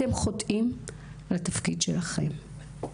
אתם חוטאים לתפקיד שלכם.